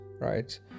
right